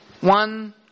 one